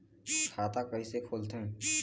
खाता कइसे खोलथें?